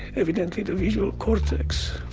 evidently the visual cortex,